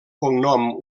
cognom